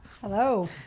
Hello